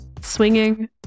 swinging